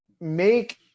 make